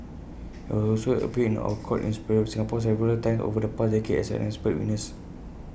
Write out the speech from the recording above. he had also appeared or court in Singapore several times over the past decade as an expert witness